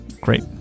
Great